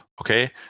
Okay